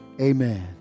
Amen